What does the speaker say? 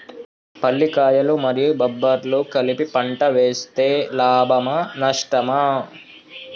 పల్లికాయలు మరియు బబ్బర్లు కలిపి పంట వేస్తే లాభమా? నష్టమా?